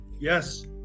yes